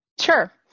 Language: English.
Sure